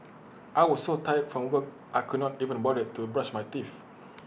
I was so tired from work I could not even bother to brush my teeth